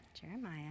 Jeremiah